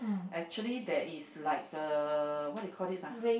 actually there is like uh what you call this ah